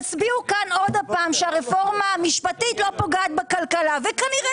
תצביעו כאן שוב שהרפורמה המשפטית לא פוגעת בכלכלה וכנראה